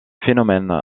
phénomène